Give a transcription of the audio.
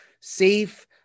safe